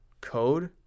code